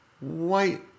white